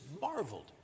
marveled